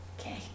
Okay